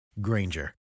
Granger